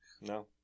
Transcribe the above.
No